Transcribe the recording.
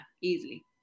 easily